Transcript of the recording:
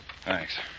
Thanks